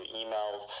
emails